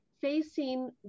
facing